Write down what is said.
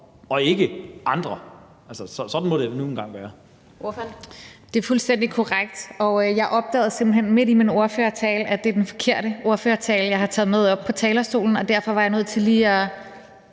Ordføreren. Kl. 15:18 Rosa Lund (EL): Det er fuldstændig korrekt. Jeg opdagede simpelt hen midt i min ordførertale, at det er den forkerte ordførertale, jeg har taget med op på talerstolen, og derfor var jeg nødt til lige at